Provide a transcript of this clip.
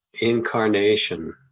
incarnation